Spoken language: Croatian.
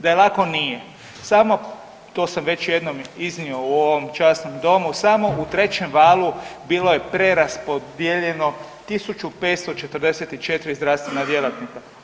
Da je lako, nije, sama, to sam već jednom iznio u ovom časnom domu, samo u trećem valu bilo je preraspodijeljeno 1.544 zdravstvena djelatnika.